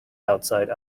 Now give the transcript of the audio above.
outside